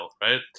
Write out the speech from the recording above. right